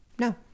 no